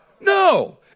no